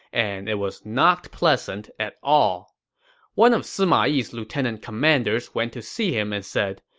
and it was not pleasant at all one of sima yi's lieutenant commanders went to see him and said,